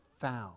found